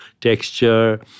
texture